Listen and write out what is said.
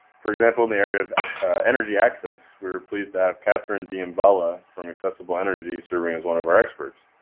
for example, in the area of energy access, we're pleased to have catherine deembala from accessible energy serving as one of our experts.